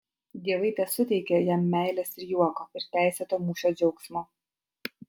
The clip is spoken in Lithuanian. dievai tesuteikia jam meilės ir juoko ir teisėto mūšio džiaugsmo